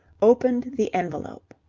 opened the envelope.